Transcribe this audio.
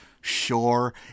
Sure